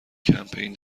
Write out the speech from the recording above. کمپین